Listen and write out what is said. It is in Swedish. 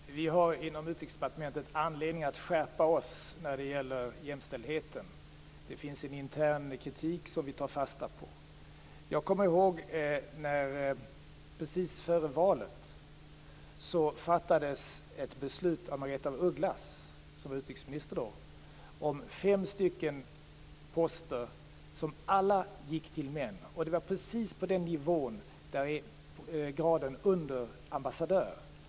Fru talman! Vi har inom Utrikesdepartementet anledning att skärpa oss när det gäller jämställdheten. Det finns en intern kritik som vi tar fasta på. Jag kommer ihåg att det precis före valet fattades ett beslut av Margareta af Ugglas, som då var utrikesminister, om fem poster som alla gick till män. Det var poster som låg precis på nivå under ambassadörsgraden.